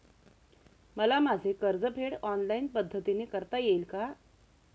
मला माझे कर्जफेड ऑनलाइन पद्धतीने करता येईल का?